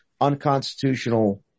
unconstitutional